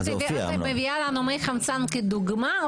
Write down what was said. את מביאה דוגמה?